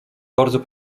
bardzo